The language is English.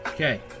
Okay